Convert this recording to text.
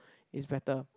is better